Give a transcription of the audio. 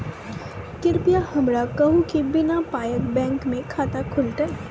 कृपया हमरा कहू कि बिना पायक बैंक मे खाता खुलतै?